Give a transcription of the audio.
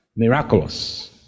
Miraculous